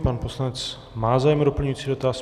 Pan poslanec má zájem o doplňující dotaz.